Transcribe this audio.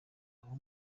aho